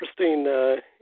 interesting